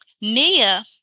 Nia